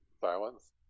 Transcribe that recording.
silence